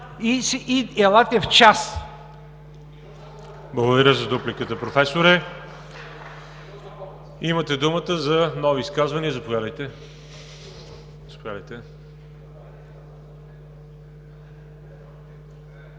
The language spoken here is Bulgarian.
ЖАБЛЯНОВ: Благодаря за дупликата, Професоре. Имате думата за нови изказвания. Заповядайте.